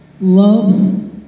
love